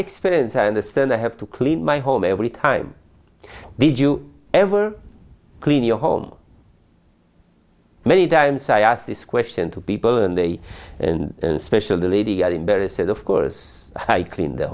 experience i understand i have to clean my home every time did you ever clean your home many times i ask this question to people and they and special the lady are embarrassed said of course i clean the